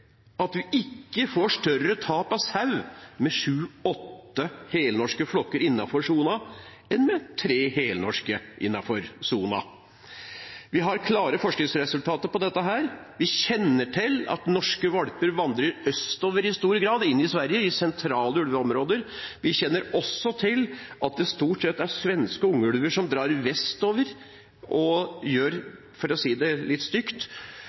at vi ikke får større tap av sau med sju–åtte helnorske flokker innenfor sonen enn med tre helnorske innenfor sonen. Vi har klare forskningsresultater på dette. Vi kjenner til at norske valper vandrer østover i stor grad, inn i Sverige i sentrale ulveområder. Vi kjenner også til at det stort sett er svenske ungulver som drar vestover og – for å si det litt stygt